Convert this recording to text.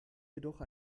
jedoch